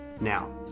Now